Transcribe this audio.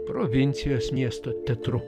provincijos miesto teatru